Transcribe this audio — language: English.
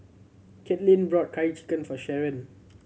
Kathlyn brought Curry Chicken for Sherron